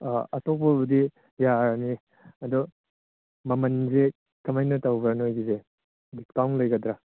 ꯑꯇꯣꯞꯄꯕꯨꯗꯤ ꯌꯥꯔꯅꯤ ꯑꯗꯣ ꯃꯃꯜꯁꯦ ꯀꯃꯥꯏꯅ ꯇꯧꯕ꯭ꯔꯥ ꯅꯣꯏꯒꯤꯁꯦ ꯗꯤꯁꯀꯥꯎꯟ ꯂꯩꯒꯗ꯭ꯔꯥ